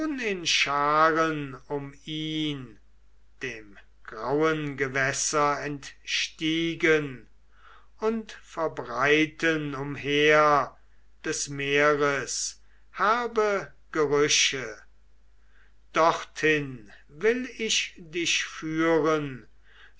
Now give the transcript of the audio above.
in scharen um ihn dem grauen gewässer entstiegen und verbreiten umher des meeres herbe gerüche dorthin will ich dich führen